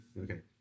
okay